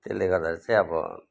त्यसले गर्दा चाहिँ अब